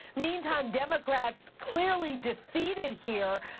meantime, democrats clearly defeated here,